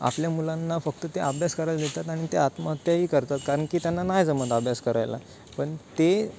आपल्या मुलांना फक्त ते आभ्यास करायला देतात आणि ते आत्महत्याही करतात कारण की त्यांना नाही जमत आभ्यास करायला पण ते